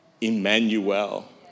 Emmanuel